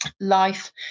life